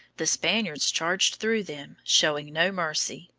the spaniards charged through them, showing no mercy,